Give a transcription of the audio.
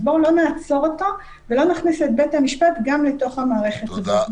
אז בואו לא נעצור אותו ולא נכניס את בית המשפט גם לתוך המערכת הזו.